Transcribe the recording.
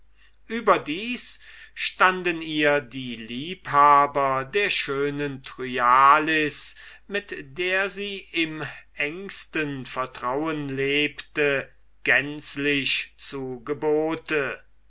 überdies stunden ihr die liebhaber der schönen thryallis mit der sie in engstem vertrauen lebte gänzlich zu gebot